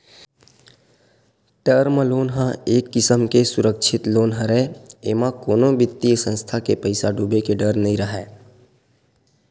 term loan ह एक किसम के सुरक्छित लोन हरय एमा कोनो बित्तीय संस्था के पइसा डूबे के डर नइ राहय